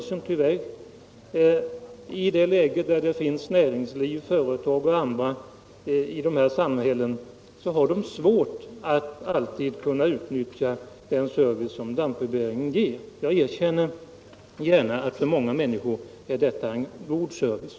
De kan tyvärr inte utnyttja lantbrevbäringsservicen. Vidare kan företag och andra i samhällen med mera utvecklat näringsliv ha svårt att alltid utnyttja den service som lantbrevbäringen ger. Jag erkänner dock gärna att lantbrevbäringen för många människor innebär en god service.